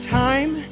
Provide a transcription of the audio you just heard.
time